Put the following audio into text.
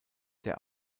der